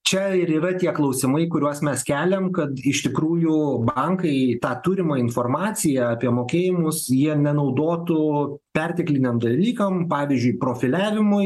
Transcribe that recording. čia ir yra tie klausimai kuriuos mes keliam kad iš tikrųjų bankai tą turimą informaciją apie mokėjimus jie nenaudotų pertekliniam dalykam pavyzdžiui profiliavimui